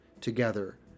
together